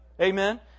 Amen